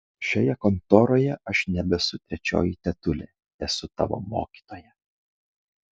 šioje kontoroje aš nebesu trečioji tetulė esu tavo mokytoja